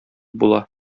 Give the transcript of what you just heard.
була